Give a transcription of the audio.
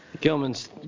Gilman's